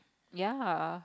ya